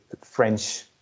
French